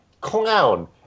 clown